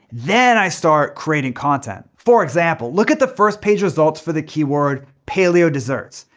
then i start creating content. for example, look at the first page results for the keyword paleo desserts.